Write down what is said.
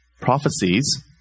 prophecies